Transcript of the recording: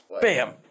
Bam